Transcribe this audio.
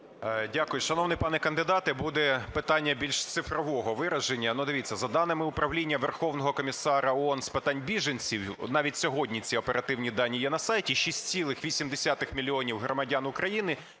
Дякую. Шановний пане кандидате, буде питання більш цифрового вираження. Дивіться, за даними Управління Верховного комісара ООН з питань біженців, навіть сьогодні ці оперативні дані є на сайті, 6,8 мільйона громадян України